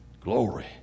Glory